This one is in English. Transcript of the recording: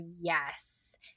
yes